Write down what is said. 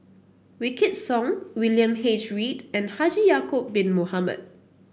Wykidd Song William H Read and Haji Ya'acob Bin Mohamed